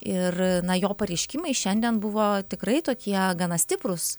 ir na jo pareiškimai šiandien buvo tikrai tokie gana stiprūs